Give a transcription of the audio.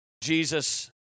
Jesus